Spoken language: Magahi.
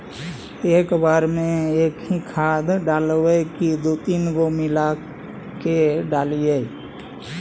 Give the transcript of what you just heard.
एक बार मे एकही खाद डालबय की दू तीन गो खाद मिला के डालीय?